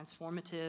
transformative